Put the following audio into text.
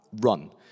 Run